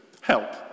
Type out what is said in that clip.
Help